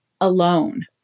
alone